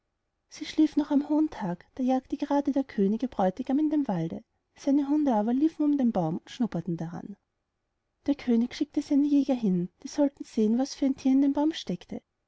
sie schlief noch am hohen tag da jagte gerade der könig ihr bräutigam in dem wald seine hunde aber liefen um den baum und schnupperten daran der könig schickte seine jäger hin die sollten sehen was für ein thier in dem baum steckte